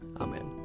Amen